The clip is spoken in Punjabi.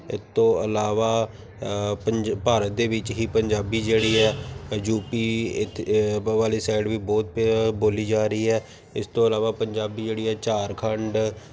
ਇਸ ਤੋਂ ਇਲਾਵਾ ਪੰਜ ਭਾਰਤ ਦੇ ਵਿੱਚ ਹੀ ਪੰਜਾਬੀ ਜਿਹੜੀ ਹੈ ਯੂਪੀ ਇੱਥੇ ਵਾਲੀ ਸਾਈਡ ਵੀ ਬਹੁਤ ਬੋਲੀ ਜਾ ਰਹੀ ਹੈ ਇਸ ਤੋਂ ਇਲਾਵਾ ਪੰਜਾਬੀ ਜਿਹੜੀ ਹੈ ਝਾਰਖੰਡ